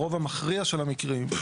ברוב המכריע של המקרים,